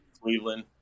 Cleveland